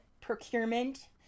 procurement